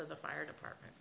of the fire department